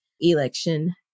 election